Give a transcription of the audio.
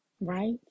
right